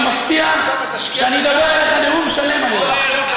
אני מבטיח שאני אדבר אליך נאום שלם היום.